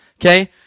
Okay